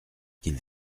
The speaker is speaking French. qu’ils